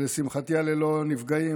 שלשמחתי היה ללא נפגעים,